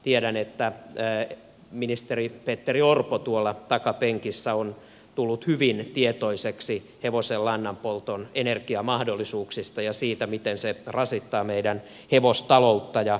tiedän että ministeri petteri orpo tuolla takapenkissä on tullut hyvin tietoiseksi hevosenlannan polton energiamahdollisuuksista ja siitä miten hevosenlanta rasittaa meidän hevostalouttamme